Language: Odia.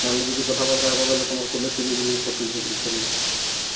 କଥାବାର୍ତ୍ତା ହେବ ବୋଲେ ତୁମର୍ କଲେଜ ଯାଇକରି ଫଟୋ ଉଠାଇ ନେମା